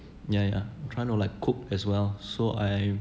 yeah yeah trying to like cook as well so I